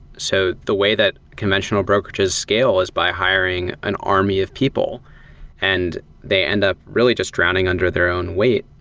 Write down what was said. so the way that conventional brokerages scale is by hiring an army of people and they end up really just drowning under their own weight.